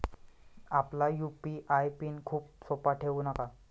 आपला UPI PIN खूप सोपा ठेवू नका